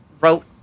wrote